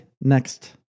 next